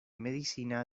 medicina